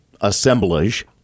assemblage